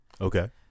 Okay